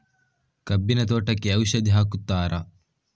ಕಬ್ಬಿನ ತೋಟಕ್ಕೆ ಔಷಧಿ ಹಾಕುತ್ತಾರಾ?